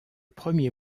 premier